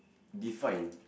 define